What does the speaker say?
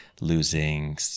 losing